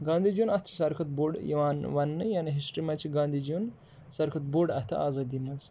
گاندھی جی یُن اَتھ ساروٕے کھۄتہٕ بوٚڑ یِوان وَننہٕ یعنی ہِسٹِرٛی منٛز چھِ گاندھی جی یُن ساروٕے کھۄتہٕ بوٚڑ اَتھٕ آزٲدی منٛز